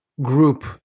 group